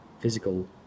physical